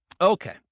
Okay